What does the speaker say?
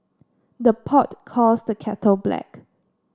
the pot calls the kettle black